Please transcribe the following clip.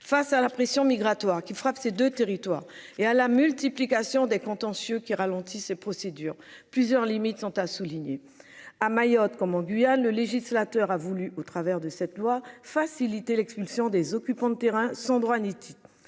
Face à la pression migratoire qui frappe ces deux territoires et à la multiplication des contentieux qui ralentissent procédures plusieurs limites sont à souligner. À Mayotte comme en Guyane, le législateur a voulu, au travers de cette loi faciliter l'expulsion des occupants de terrain sans droit ni titre